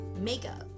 Makeup